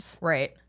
Right